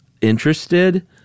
interested